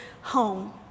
home